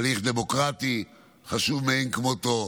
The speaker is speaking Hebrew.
הליך דמוקרטי חשוב מאין כמותו,